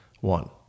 One